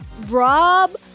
Rob